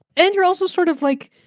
and you're also sort of like.